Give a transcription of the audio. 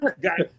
Got